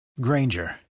Granger